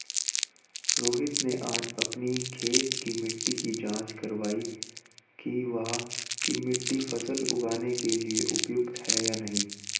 रोहित ने आज अपनी खेत की मिट्टी की जाँच कारवाई कि वहाँ की मिट्टी फसल उगाने के लिए उपयुक्त है या नहीं